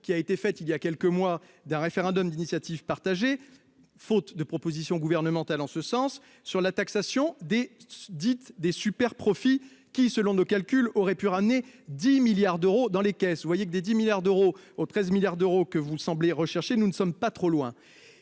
qui a été faite il y a quelques mois d'un référendum d'initiative partagée. Faute de propositions gouvernementales en ce sens sur la taxation des dites des super profits qui selon de calculs aurait pu ramener 10 milliards d'euros dans les caisses, vous voyez que des 10 milliards d'euros au 13 milliards d'euros que vous semblez rechercher. Nous ne sommes pas trop loin